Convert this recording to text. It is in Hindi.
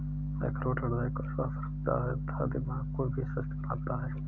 अखरोट हृदय को स्वस्थ रखता है तथा दिमाग को भी स्वस्थ बनाता है